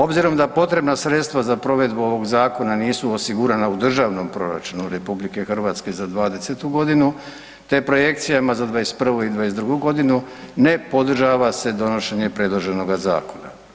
Obzirom da potrebna sredstva za provedbu ovog Zakona nisu osigurana u Državnom proračunu Republike Hrvatske za 20. godinu, te projekcijama za 21. i 22. godinu, ne podržava se donošenje predloženoga Zakona.